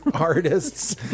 artists